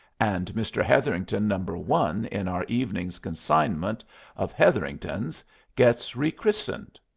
and mr. hetherington number one in our evening's consignment of hetheringtons gets re-christened.